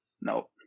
No